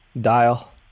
Dial